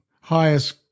highest